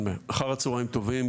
אחר הצוהריים טובים,